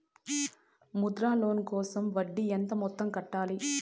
Mudra loan కోసం వడ్డీ ఎంత మొత్తం కట్టాలి